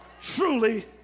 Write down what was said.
truly